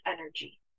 energy